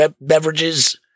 beverages